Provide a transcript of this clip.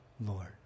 Lord